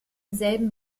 selben